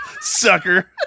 Sucker